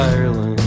Ireland